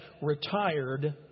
retired